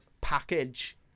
Package